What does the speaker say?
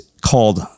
called